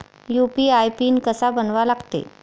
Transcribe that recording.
UPI pin कसा बनवा लागते?